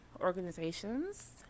organizations